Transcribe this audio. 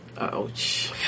Ouch